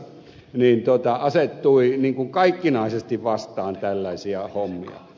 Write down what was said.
sasi asettui kaikkinaisesti vastaan tällaisia hommia